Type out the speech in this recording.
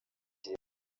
gihe